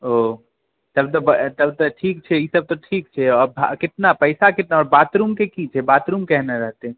ओ तब तऽ ठीक छै ई सब तऽ ठीक छै कितना पैसा कितना और बाथरूम के की छै बाथरूम केहन रहतै